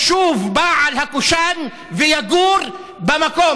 ישוב בעל הקושאן ויגור במקום.